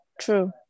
True